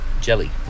jelly